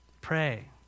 Pray